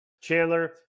Chandler